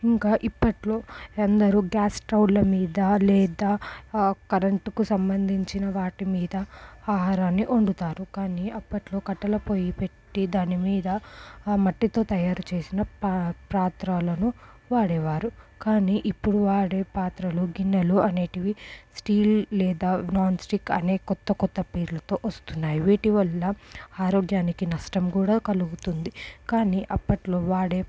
ఇంకా ఇప్పట్లో అందరూ గ్యాస్ స్టవ్ల మీద లేదా కరెంటుకు సంబంధించిన వాటి మీద ఆహారాన్ని వండుతారు కానీ అప్పట్లో కట్టల పొయ్యి పెట్టి దాని మీద ఆ మట్టితో తయారు చేసిన ప్రా పాత్రలను వాడేవారు కానీ ఇప్పుడు వాడే పాత్రలు గిన్నెలు అనేటివి స్టీల్ లేదా నాన్ స్టిక్ అనే కొత్త కొత్త పేరులతో వస్తున్నాయి వీటి వల్ల ఆరోగ్యానికి నష్టం కూడా కలుగుతుంది కానీ అప్పట్లో వాడే